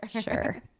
Sure